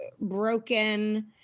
broken